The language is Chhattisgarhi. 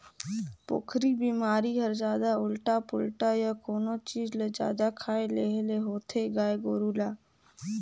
पोकरी बेमारी हर जादा उल्टा पुल्टा य कोनो चीज ल जादा खाए लेहे ले होथे गाय गोरु ल